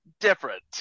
different